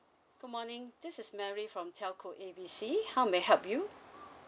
good morning this is mary from telco A B C how may I help you